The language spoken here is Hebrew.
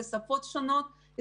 בשפות שונות,